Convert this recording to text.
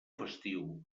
festiu